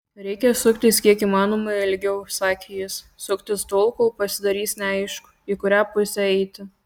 reikia suktis kiek įmanoma ilgiau sakė jis suktis tol kol pasidarys neaišku į kurią pusę eiti